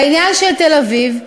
בעניין של תל-אביב,